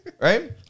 Right